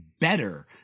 better